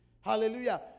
Hallelujah